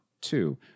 two